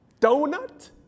Donut